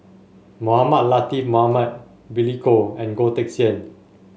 Mohamed Latiff Mohamed Billy Koh and Goh Teck Sian